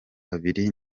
babiri